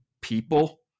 people